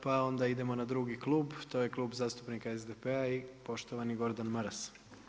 Pa onda idemo na drugi klub, to je Klub zastupnika SDP-a i poštovani Gordan Maras.